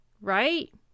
right